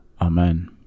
Amen